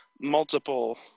multiple